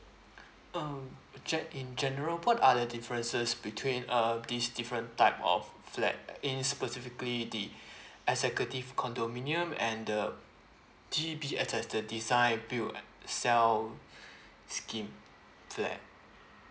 um check in general what are the differences between uh these different type of flat in specifically the executive condominium and the D_B_S_S the design build sell scheme flat